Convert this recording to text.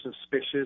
suspicious